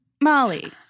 Molly